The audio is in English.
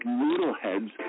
noodleheads